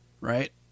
Right